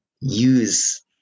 use